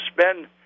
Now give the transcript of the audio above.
spend